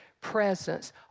presence